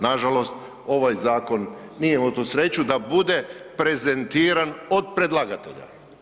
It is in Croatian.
Nažalost, ovaj zakon nije imao tu sreću da bude prezentiran od predlagatelja.